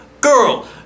Girl